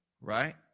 right